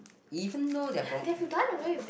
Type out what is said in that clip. even though they are from